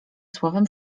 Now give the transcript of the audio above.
słowem